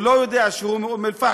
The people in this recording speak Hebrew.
הוא לא יודע שהוא מאום-אלפחם,